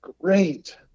great